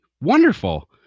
wonderful